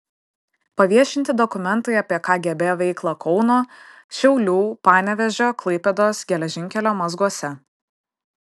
paviešinti dokumentai apie kgb veiklą kauno šiaulių panevėžio klaipėdos geležinkelio mazguose